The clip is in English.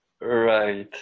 right